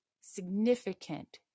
significant